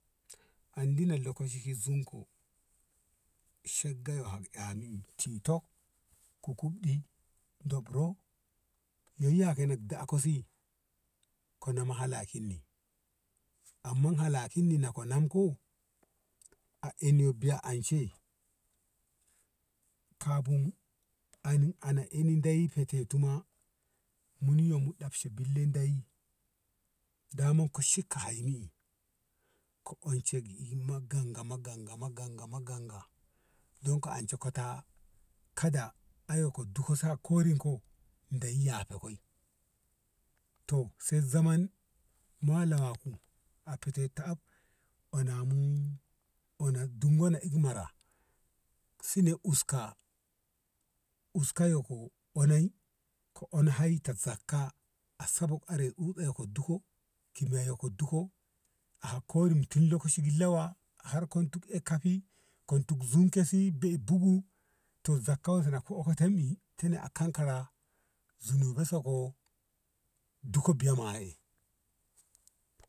andi na lokaci ki zin ko shagga yo hab ami tito kukubɗi docro yye yake dako si ko nama halakin ni amma halakin ni na ka din ko a ene biya anshe ka bin ana ei deyi fate ni ma muni daman mu nan bei deyi ko ence ma ganga ma ganga ma ganga ma ganga don ka ance kota kada aya ko disa korin ko deyi yafen koi ma la ku a fatetu af ona mu dun et mara sin uska kayyo yoko onai hai ta zakka a rai tsutsa ko dukon a kori tin lokaci lawa har kom ti a kafi komtizai si be e bugu to zakka tene a kan kan kara zunuba so ko biya ma e.